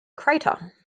crater